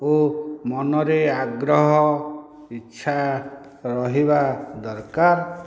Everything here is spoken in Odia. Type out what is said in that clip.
ଓ ମନରେ ଆଗ୍ରହ ଇଛା ରହିବା ଦରକାର